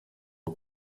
iri